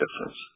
difference